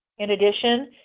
in addition,